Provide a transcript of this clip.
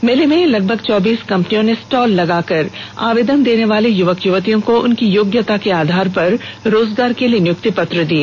इस मेले में लगभग चौबीस कंपनियों ने स्टॉल लगाकर आवेदन देनेवाले य्वक य्वतियों को उनकी योग्यता के आधार पर रोजगार के लिए नियुक्ति पत्र सौंपा